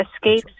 escapes